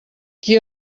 qui